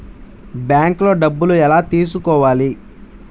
బ్యాంక్లో డబ్బులు ఎలా తీసుకోవాలి?